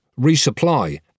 resupply